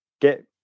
get